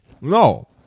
No